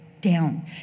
down